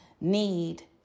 need